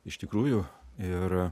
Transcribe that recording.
iš tikrųjų ir